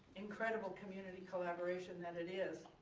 incredible community collaboration that it is